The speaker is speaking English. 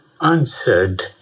answered